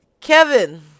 Kevin